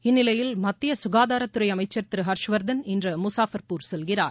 இந்நிலையில் மத்திய சுகாதாரத்துறை அமைச்சர் திரு ஹர்ஷ்வர்தன் இன்று முசாஃபர்பூர் செல்கிறார்